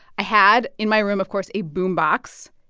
i had in my room, of course, a boombox.